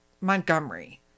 Montgomery